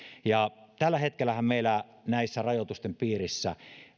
tällä hetkellähän meillä rajoitusten piirissä